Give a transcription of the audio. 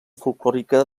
folklòrica